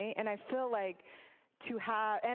and i feel like to have. and